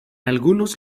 algunos